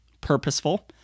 purposeful